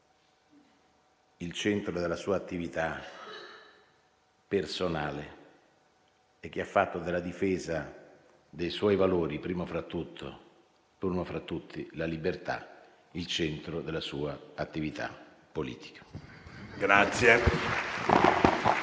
il centro della sua attività personale e che ha fatto della difesa dei suoi valori, primo fra tutti la libertà, il centro della sua attività politica.